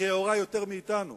לכאורה יותר מאתנו,